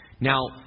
Now